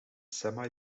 semi